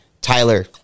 Tyler